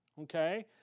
okay